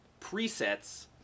presets